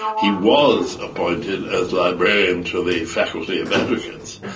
he was appointed as librarian to the faculty of advocates.